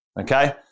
okay